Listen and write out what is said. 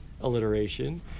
alliteration